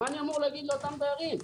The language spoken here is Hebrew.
מה אני אמור להגיד לאותם דיירים?